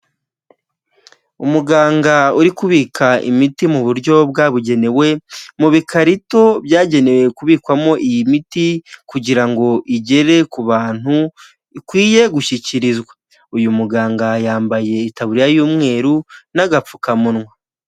Umuganga uri kubika imiti mu buryo bwabugenewe, mu bikarito byagenewe kubikwamo iyi miti, kugira ngo igere ku bantu ikwiye gushyikirizwa, uyu muganga yambaye itaburiya y'umweru n'agapfukamunwa.